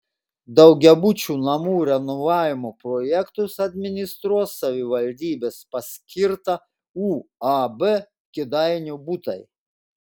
daugiabučių namų renovavimo projektus administruos savivaldybės paskirta uab kėdainių butai